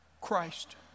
christ